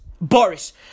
Boris